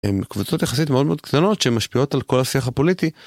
קבוצות יחסית מאוד מאוד קטנות שמשפיעות על כל השיח הפוליטי.